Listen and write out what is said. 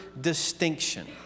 distinction